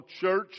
church